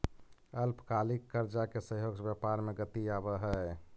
अल्पकालिक कर्जा के सहयोग से व्यापार में गति आवऽ हई